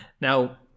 Now